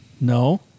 No